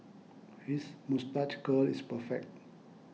his moustache curl is perfect